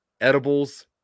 edibles